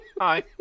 Hi